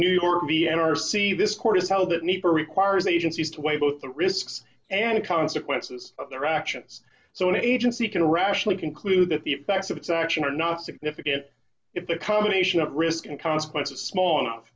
are requires agencies to weigh both the risks and consequences of their actions so an agency can rationally conclude that the effects of its action are not significant if the combination of risk and consequences small enough